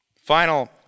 Final